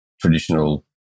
traditional